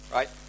Right